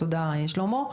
תודה שלמה.